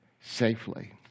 Safely